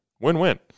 win-win